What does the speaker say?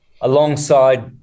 alongside